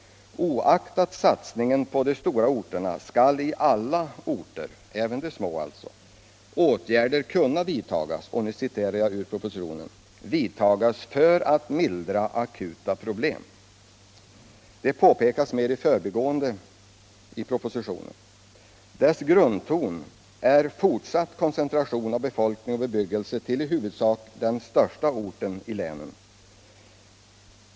Oaktat satsningen på de stora orterna skall i alla orter — även de små — åtgärder kunna vidtas ”för att mildra akuta problem”. Det påpekas mer i förbigående i propositionen. Dennas grundton är fortsatt koncentration av befolkning och bebyggelse till i huvudsak den största orten i länen.